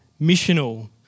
missional